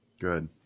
Good